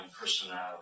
personality